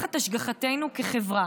תחת השגחתנו כחברה,